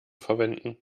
verwenden